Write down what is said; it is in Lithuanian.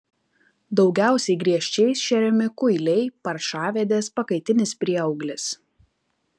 daugiausiai griežčiais šeriami kuiliai paršavedės pakaitinis prieauglis